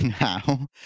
now